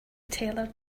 taylor